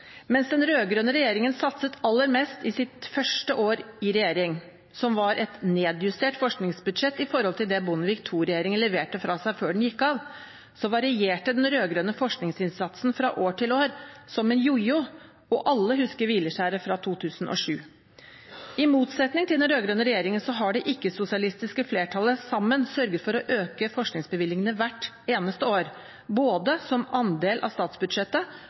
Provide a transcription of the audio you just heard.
Mens den rød-grønne regjeringen satset aller mest i sitt første år i regjering, som var et nedjustert forskningsbudsjett i forhold til det Bondevik II-regjeringen leverte fra seg før den gikk av, varierte den rød-grønne forskningsinnsatsen fra år til år, som en jo-jo, og alle husker hvileskjæret fra 2007. I motsetning til den rød-grønne regjeringen har det ikke-sosialistiske flertallet sammen sørget for å øke forskningsbevilgningene hvert eneste år, både som andel av statsbudsjettet